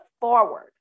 forward